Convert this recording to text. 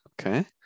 Okay